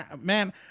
man